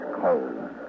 cold